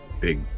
big